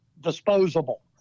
disposable